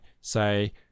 say